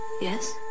Yes